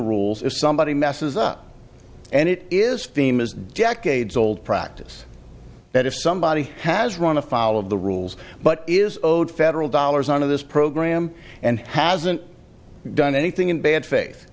rules if somebody messes up and it is theme is decades old practice that if somebody has run afoul of the rules but is owed federal dollars on of this program and hasn't done anything in bad fa